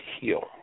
heal